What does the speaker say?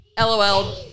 LOL